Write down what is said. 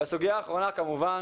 והסוגיה האחרונה כמובן